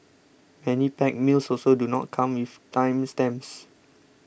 many packed meals also do not come with time stamps